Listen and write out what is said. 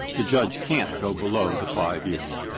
the judge can't go below the five years,